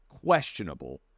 questionable